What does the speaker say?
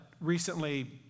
Recently